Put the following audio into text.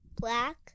Black